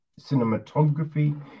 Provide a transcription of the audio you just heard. Cinematography